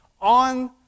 on